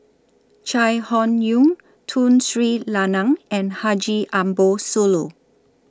Chai Hon Yoong Tun Sri Lanang and Haji Ambo Sooloh